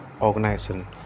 organization